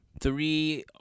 three